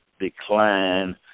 decline